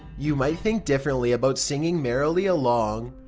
you might think differently about singing merrily along.